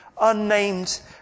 unnamed